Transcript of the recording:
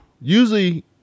Usually